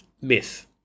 myth